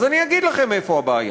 אז אני אגיד לכם איפה הבעיה.